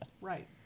Right